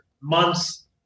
months